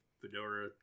fedora